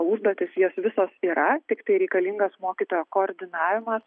užduotys jos visos yra tiktai reikalingas mokytojo koordinavimas